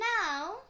now